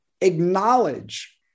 acknowledge